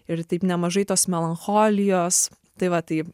ir taip nemažai tos melancholijos tai va tai